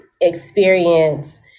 experience